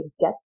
get